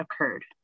occurred